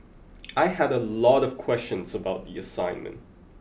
I had a lot of questions about the assignment